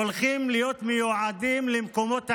הולכים להיות מיועדים למקומות אחרים.